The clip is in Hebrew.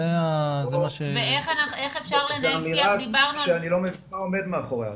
זו אמירה שאני לא מבין מה עומד מאחוריה.